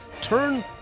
turn